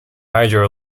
hydro